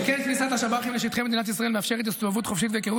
שכן כניסת השב"חים לשטחי מדינת ישראל מאפשרת הסתובבות חופשית והיכרות